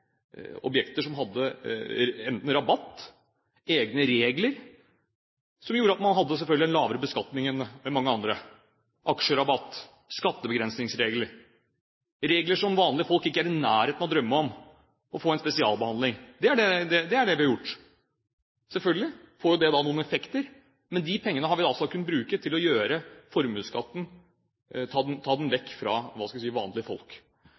objekter som hadde enten rabatt, egne regler, som gjorde at man selvfølgelig hadde lavere beskatning enn mange andre – aksjerabatt, skattebegrensningsregler, regler som vanlige folk ikke er i nærheten av å drømme om å få som spesialbehandling. Det er det vi har gjort. Selvfølgelig får jo det da noen effekter, men de pengene har vi altså kunnet bruke til å ta formuesskatten vekk fra – hva skal vi si – vanlige folk.